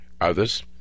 others